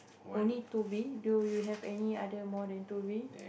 only two bee do you have any other more than two bee